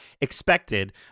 expected